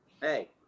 Hey